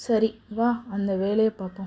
சரி வா அந்த வேலையை பார்ப்போம்